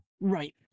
right